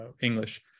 English